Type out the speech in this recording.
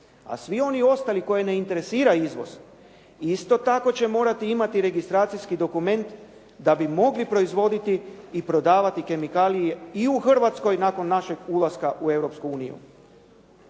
A svi oni ostali koje ne interesira izvoz, isto tako će morati imati registracijski dokument da bi mogli proizvoditi i prodavati kemikalije i u Hrvatskoj nakon našeg ulaska u